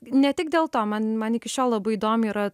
ne tik dėl to man man iki šiol labai įdomi yra